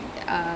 mm